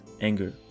anger